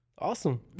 Awesome